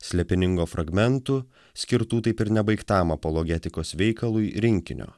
slėpiningo fragmentų skirtų taip ir nebaigtam apologetikos veikalui rinkinio